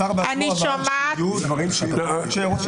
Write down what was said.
השר בעצמו אמר שיהיו דברים --- חברים,